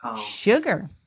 Sugar